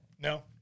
No